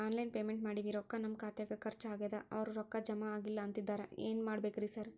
Online payment ಮಾಡೇವಿ ರೊಕ್ಕಾ ನಮ್ ಖಾತ್ಯಾಗ ಖರ್ಚ್ ಆಗ್ಯಾದ ಅವ್ರ್ ರೊಕ್ಕ ಜಮಾ ಆಗಿಲ್ಲ ಅಂತಿದ್ದಾರ ಏನ್ ಮಾಡ್ಬೇಕ್ರಿ ಸರ್?